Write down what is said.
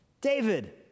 David